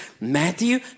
Matthew